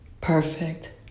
perfect